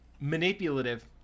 manipulative